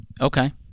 Okay